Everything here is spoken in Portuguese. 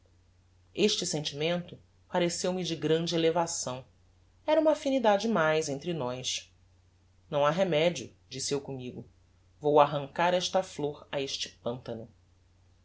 este sentimento pareceu-me de grande elevação era uma affinidade mais entre nós não ha remedio disse eu commigo vou arrancar esta flor a este pantano